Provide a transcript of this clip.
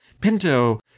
Pinto